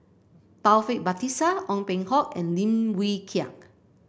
Taufik Batisah Ong Peng Hock and Lim Wee Kiak